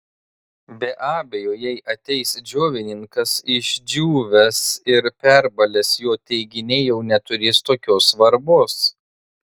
be abejo jei ateis džiovininkas išdžiūvęs ir perbalęs jo teiginiai jau neturės tokios svarbos